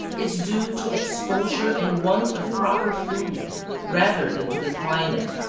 is due to exposure and want of proper food rather than to the climate.